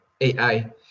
AI